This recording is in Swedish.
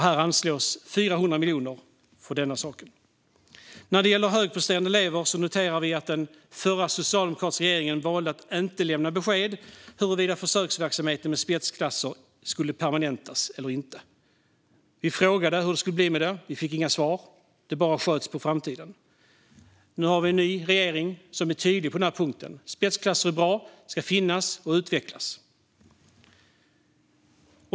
Det anslås 400 miljoner för detta. När det gäller högpresterande elever noterar vi att den förra socialdemokratiska regeringen valde att inte lämna besked huruvida försöksverksamheten med spetsklasser skulle permanentas eller inte. Vi frågade hur det skulle bli med detta men fick inga svar, utan det bara sköts på framtiden. Nu har vi en ny regering, som är tydlig på den här punkten: Spetsklasser är bra, och de ska finnas och utvecklas.